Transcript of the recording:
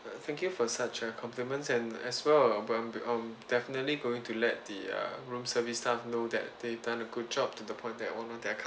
thank you for such a compliment and as well but uh I'm definitely going to let the uh room service staff know that they've done a good job to the point that one of their